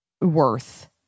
worth